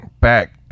back